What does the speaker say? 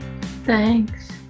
Thanks